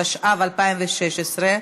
התשע"ו 2016,